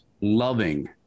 loving